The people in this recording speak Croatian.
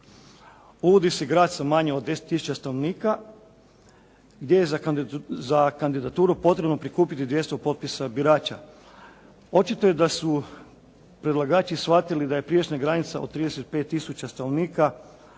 Uvodi se grad sa manje od 10 tisuća stanovnika gdje je za kandidaturu potrebno prikupiti 200 potpisa birača. Očito je da su predlagači shvatili da je prijašnja granica od 35 tisuća stanovnika